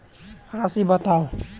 राशि बताउ